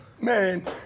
man